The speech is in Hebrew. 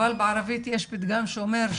אבל בערבית יש פתגם שאומר,